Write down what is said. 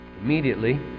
Immediately